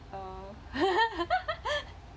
oh